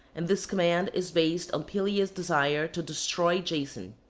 and this command is based on pelias' desire to destroy jason,